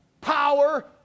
power